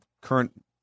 current